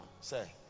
Say